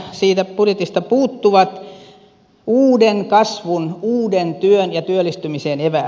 siitä budjetista puuttuvat uuden kasvun uuden työn ja työllistymisen eväät